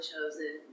chosen